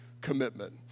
commitment